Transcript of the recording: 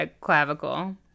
clavicle